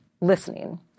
listening